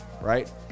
right